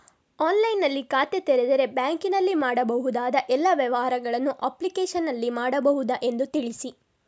ಆನ್ಲೈನ್ನಲ್ಲಿ ಖಾತೆ ತೆರೆದರೆ ಬ್ಯಾಂಕಿನಲ್ಲಿ ಮಾಡಬಹುದಾ ಎಲ್ಲ ವ್ಯವಹಾರಗಳನ್ನು ಅಪ್ಲಿಕೇಶನ್ನಲ್ಲಿ ಮಾಡಬಹುದಾ ಎಂದು ತಿಳಿಸಿ?